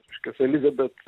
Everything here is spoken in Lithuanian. škias elisabeth